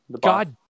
god